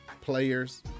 players